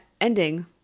ending